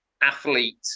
athlete